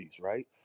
right